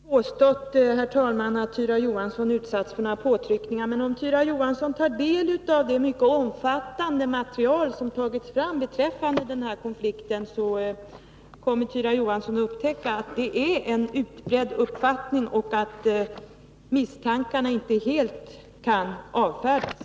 Herr talman! Jag har inte påstått att Tyra Johansson utsatts för några påtryckningar. Men om Tyra Johansson tar del av det mycket omfattande material som tagits fram beträffande den här konflikten, så kommer Tyra Johansson att upptäcka att det finns en mycket utbredd uppfattning härvidlag och att misstankarna inte helt kan avfärdas.